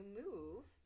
move